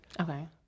Okay